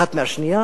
האחד מהשני.